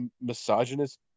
misogynist